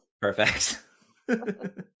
Perfect